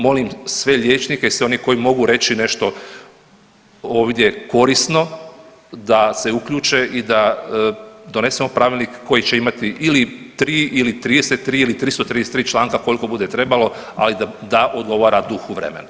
Molim sve liječnike, sve oni koji mogu reći nešto ovdje korisno da se uključe i da donesemo pravilnik koji će imati ili 3 ili 33 ili 333 članka koliko bude trebalo, ali da odgovara duhu vremena.